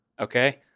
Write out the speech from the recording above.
Okay